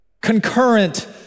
concurrent